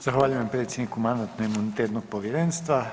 Zahvaljujem predsjedniku Mandatno-imunitetnog povjerenstva.